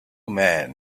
men